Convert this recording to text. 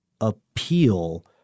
appeal